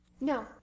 No